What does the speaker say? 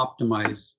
optimize